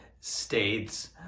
states